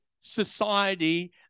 society